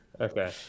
Okay